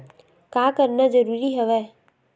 का करना जरूरी हवय?